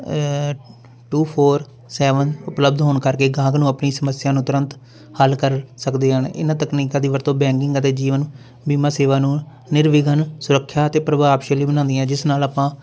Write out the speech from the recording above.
to four seven ਉਪਲੱਬਧ ਹੋਣ ਕਰਕੇ ਗਾਹਕ ਨੂੰ ਆਪਣੀ ਸਮੱਸਿਆ ਨੂੰ ਤੁਰੰਤ ਹੱਲ ਕਰ ਸਕਦੇ ਹਨ ਇਹਨਾਂ ਤਕਨੀਕਾਂ ਦੀ ਵਰਤੋਂ ਬੈਂਗਿੰਗ ਅਤੇ ਜੀਵਨ ਬੀਮਾ ਸੇਵਾ ਨੂੰ ਨਿਰਵਿਘਨ ਸੁਰੱਖਿਆ ਅਤੇ ਪ੍ਰਭਾਵਸ਼ਾਲੀ ਬਣਾਉਂਦੀਆਂ ਜਿਸ ਨਾਲ ਆਪਾਂ